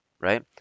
right